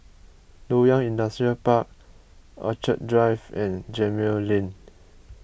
Loyang Industrial Park Orchid Drive and Gemmill Lane